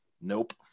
nope